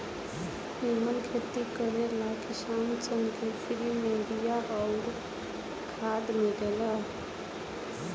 निमन खेती करे ला किसान सन के फ्री में बिया अउर खाद मिलेला